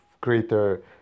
greater